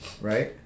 Right